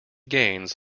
gains